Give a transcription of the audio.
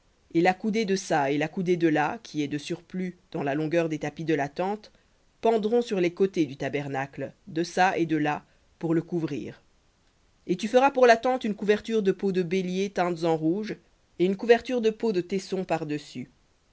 et la coudée deçà et la coudée delà qui est de surplus dans la longueur des tapis de la tente pendront sur les côtés du tabernacle deçà et delà pour le couvrir et tu feras pour la tente une couverture de peaux de béliers teintes en rouge et une couverture de peaux de taissons par-dessus